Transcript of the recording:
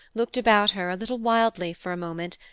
looked about her, a little wildly, for a moment,